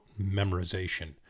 memorization